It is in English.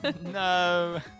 No